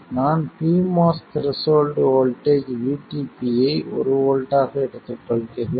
நான் pMOS threshold voltage VTP ஐ ஒரு வோல்ட்டாக எடுத்துக்கொள்கிறேன்